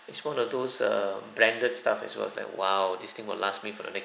it's one of those err branded stuff as well so I was like !wow! this thing will last me for the next